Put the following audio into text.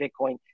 Bitcoin